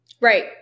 Right